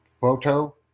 Photo